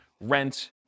rent